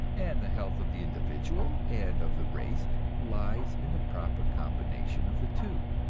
and the health of the individual and of the race lies in the proper combination of the two.